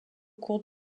cours